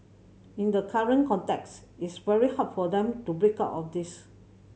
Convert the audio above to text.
in the current context it's very hard for them to break out of this